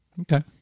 okay